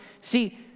See